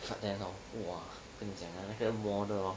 but then hor !wah! 跟你讲啊那个 ronald hor